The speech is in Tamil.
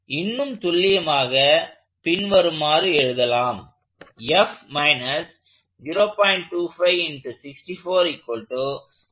இன்னும் துல்லியமாக பின்வருமாறு எழுதலாம்